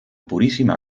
purísima